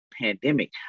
pandemic